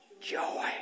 Joy